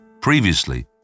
Previously